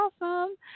awesome